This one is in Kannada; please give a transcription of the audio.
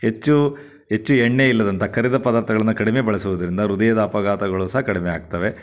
ಹೆಚ್ಚು ಹೆಚ್ಚು ಎಣ್ಣೆ ಇಲ್ಲದಂಥ ಕರಿದ ಪದಾರ್ಥಗಳನ್ನ ಕಡಿಮೆ ಬಳಸುವುದರಿಂದ ಹೃದಯದ ಅಪಘಾತಗಳು ಸಹ ಕಡಿಮೆ ಆಗ್ತವೆ